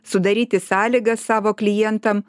sudaryti sąlygas savo klientam